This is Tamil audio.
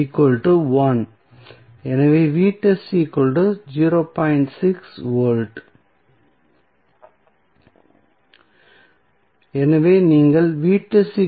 6V எனவே நீங்கள் 0